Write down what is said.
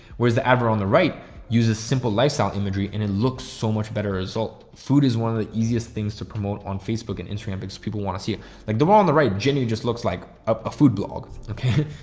whereas the advert on the right use a simple lifestyle imagery and it looks so much better result. food is one of the easiest things to promote on facebook and instagram because people want to see it like the one on the right, geniunely just looks like a food blog. okay?